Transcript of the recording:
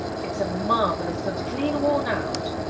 it's a marvel it's not clean worn out.